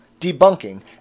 debunking